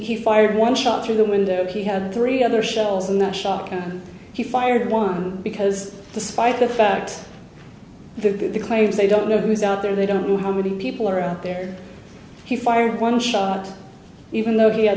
he fired one shot through the window he had three other shells in that shock and he fired one because despite the fact the claims they don't know who's out there they don't know how many people are out there he fired one shot even though he ha